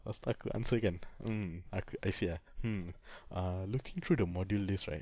lepas tu aku answer kan mm aku I said ah hmm uh looking through the module list right